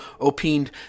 opined